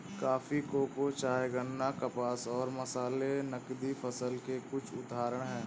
coffee, cocoa, चाय, गन्ना, कपास और मसाले नकदी फसल के कुछ उदाहरण हैं